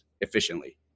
efficiently